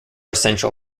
essential